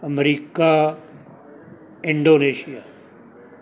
America Indonesia